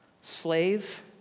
slave